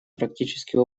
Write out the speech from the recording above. практический